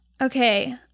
Okay